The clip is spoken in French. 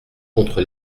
contre